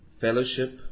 Fellowship